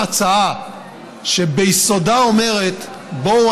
ההצעה שביסודה אומרת: בואו,